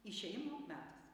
išėjimo metas